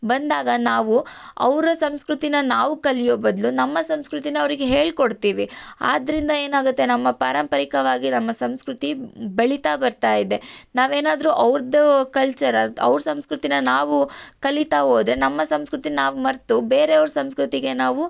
ಬಂದಾಗ ನಾವು ಅವರ ಸಂಸ್ಕೃತಿ ನಾವು ಕಲಿಯೋ ಬದಲು ನಮ್ಮ ಸಂಸ್ಕೃತಿ ಅವರಿಗೆ ಹೇಳ್ಕೊಡ್ತೀವಿ ಆದ್ದರಿಂದ ಏನಾಗುತ್ತೆ ನಮ್ಮ ಪಾರಂಪರಿಕವಾಗಿ ನಮ್ಮ ಸಂಸ್ಕೃತಿ ಬೆಳಿತಾ ಬರ್ತಾ ಇದೆ ನಾವೇನಾದರೂ ಅವ್ರದ್ದು ಕಲ್ಚರ್ ಅವ್ರ ಸಂಸ್ಕೃತಿ ನಾವು ಕಲಿತಾ ಹೋದ್ರೆ ನಮ್ಮ ಸಂಸ್ಕೃತಿ ನಾವು ಮರೆತು ಬೇರೆಯವ್ರ ಸಂಸ್ಕೃತಿಗೆ ನಾವು